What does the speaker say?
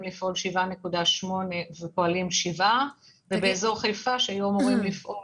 לפעול 7.8 ופועלים 7 ובאזור חיפה היו אמורים לפעול